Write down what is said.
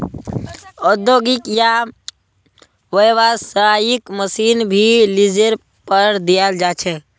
औद्योगिक या व्यावसायिक मशीन भी लीजेर पर दियाल जा छे